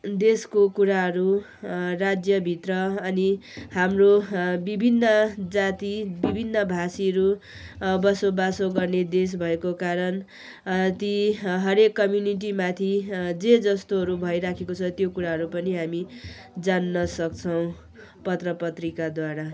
देशको कुराहरू राज्यभित्र अनि हाम्रो विभिन्न जाति विभिन्न भाषीहरू बसोबासो गर्ने देश भएको कारण ती हरेक कम्युनिटीमाथि जे जस्तोहरू भइराखेको छ त्यो कुराहरू पनि हामी जान्न सक्छौँ पत्र पत्रिकाद्वारा